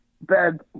bad